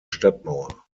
stadtmauer